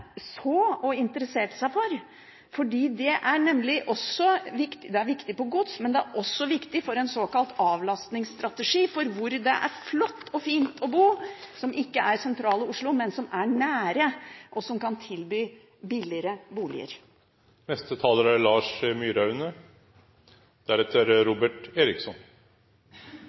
så og interesserte seg for, fordi det ikke bare er viktig for gods, men også for en såkalt avlastningsstrategi for hvor det er flott og fint å bo, som ikke er det sentrale Oslo, men som er nær, og som kan tilby billigere boliger. I dag er